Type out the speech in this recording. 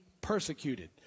persecuted